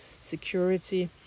security